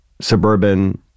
suburban